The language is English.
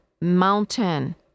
mountain